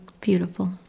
Beautiful